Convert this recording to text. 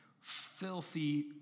filthy